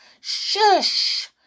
Shush